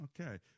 Okay